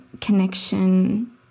connection